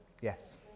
yes